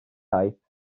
sahip